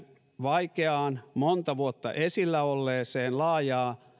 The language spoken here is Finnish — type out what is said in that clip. vaikeaan monta vuotta esillä olleeseen laajaan